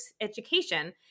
education